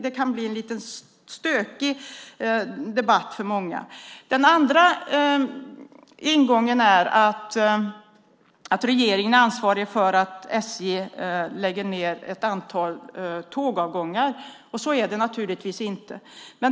Det kan bli en lite stökig debatt för många. Den andra ingången är att regeringen är ansvarig för att SJ lägger ned ett antal tågavgångar. Så är det naturligtvis inte.